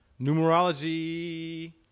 numerology